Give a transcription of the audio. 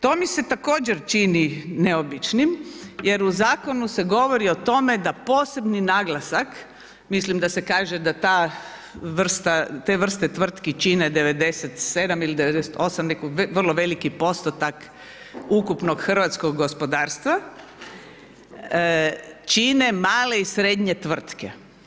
To mi se također čini neobičnim, jer u zakonu se govori o tome da posebni naglasak, mislim da se kaže da te vrste tvrtki čine 97 ili 98, vrlo veliki postotak ukupnog hrvatskog gospodarstva čine male i srednje tvrtke.